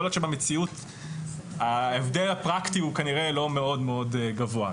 יכול להיות שבמציאות ההבדל הפרקטי הוא כנראה לא מאוד מאוד גבוה.